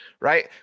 right